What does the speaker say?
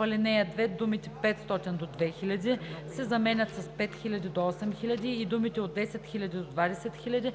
ал. 2 думите „500 до 2000“ се заменят с „5000 до 8000“ и думите „10 000 до 20 000“